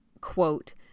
quote